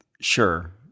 Sure